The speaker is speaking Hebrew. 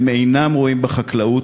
הם אינם רואים בחקלאות,